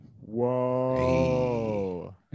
whoa